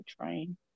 train